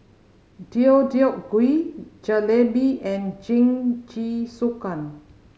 Deodeok Gui Jalebi and Jingisukan